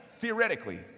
theoretically